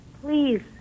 please